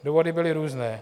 Důvody byly různé.